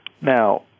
Now